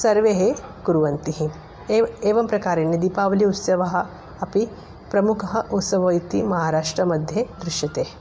सर्वे कुर्वन्ति एवं एवं प्रकारेण दीपावलिः उत्सवः अपि प्रमुखः उत्सवः इति महाराष्ट्रमध्ये दृश्यते